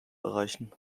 erreichen